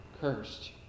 cursed